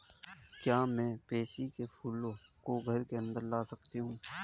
क्या मैं पैंसी कै फूलों को घर के अंदर लगा सकती हूं?